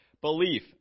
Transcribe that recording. belief